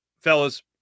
fellas